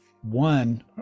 one